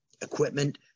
equipment